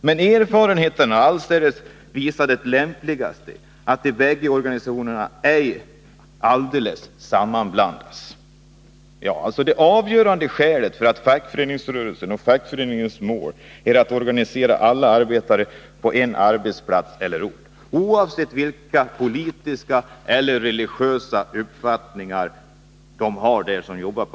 Men erfarenheten har allestädes visat det lämpligaste, att de bägge organisationerna ej alldeles sammanblandas.” Det avgörande skälet för detta är att fackföreningsrörelsens och fackföreningens mål är att organisera alla arbetare på en arbetsplats eller ort, oavsett vilka politiska eller religiösa uppfattningar arbetarna där har.